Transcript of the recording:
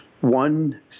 one